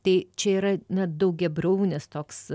tai čia yra na daugiabriaunis toks